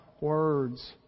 words